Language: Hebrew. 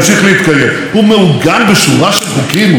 הוא מעוגן בשורה של חוקים ובחוקי-יסוד,